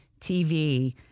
TV